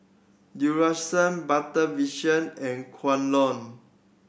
Duracell Better Vision and Kwan Loong